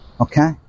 Okay